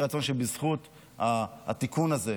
יהי רצון שבזכות התיקון הזה,